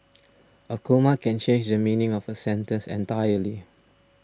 a comma can change the meaning of a sentence entirely